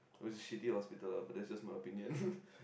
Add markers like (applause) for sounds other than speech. it was a shitty hospital ah but that's just my opinion (laughs)